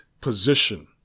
position